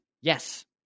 Yes